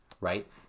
right